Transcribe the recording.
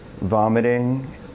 vomiting